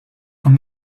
from